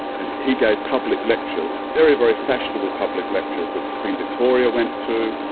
and he gave public lectures, very, very fashionable public lectures that queen victoria went to,